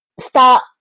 start